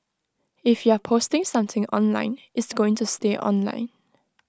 if you're posting something online it's going to stay online